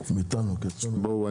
בואו,